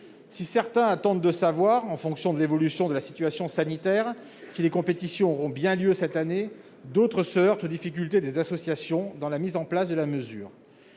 Si certains attendent de savoir, en fonction de l'évolution de la situation sanitaire, si les compétions auront bien lieu cette année, d'autres se heurtent aux difficultés des associations dans la mise en place de la mesure.